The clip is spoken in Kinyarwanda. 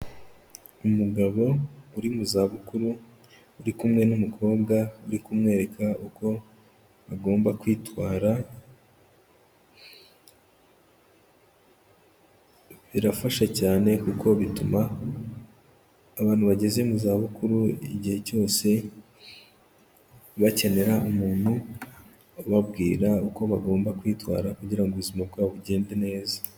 Umugabo uri mu zabukuru uri kumwe n'umukobwa uri kumwereka uko agomba kwitwara, birafasha cyane kuko bituma abantu bageze mu zabukuru igihe cyose bakenera umuntu ubabwira uko bagomba kwitwara kugira ngo ubuzima bwabo bugende neza.